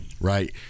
right